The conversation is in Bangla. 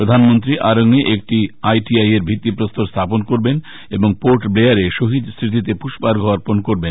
প্রধানমন্ত্রী আরং এ একটি আইটিআই এর ভিত্তি প্রস্তরও স্হাপন করবেন এবং পোর্ট ব্লেয়ারে শহীদ স্মতিতে পৃষ্পার্ঘ্য অর্পন করবেন